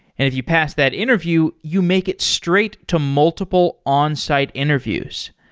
if you pass that interview, you make it straight to multiple onsite interviews.